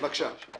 בבקשה.